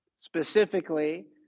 specifically